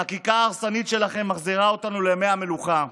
החקיקה ההרסנית שלכם מחזירה אותנו לימי המלוכה,